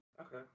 Okay